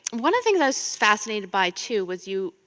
one of the things i was fascinated by too was you.